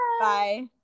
bye